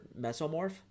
mesomorph